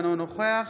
אינו נוכח